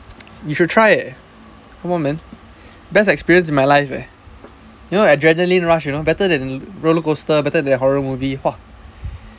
you should try eh come on man best experience in my life leh you know adrenaline rush you know better than roller coaster better than horror movie !wah!